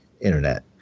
internet